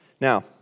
Now